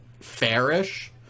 Fairish